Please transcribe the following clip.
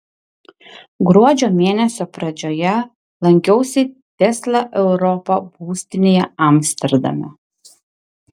gruodžio mėnesio pradžioje lankiausi tesla europa būstinėje amsterdame